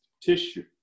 tissue